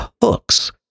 hooks